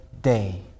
day